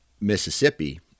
mississippi